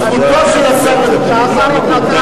זכותו של השר לדבר.